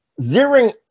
zeroing